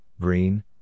green